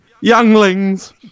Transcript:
Younglings